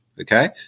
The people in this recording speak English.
okay